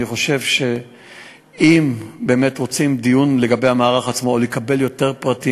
אני חושב שאם רוצים דיון לגבי המערך עצמו או לקבל יותר פרטים,